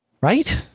Right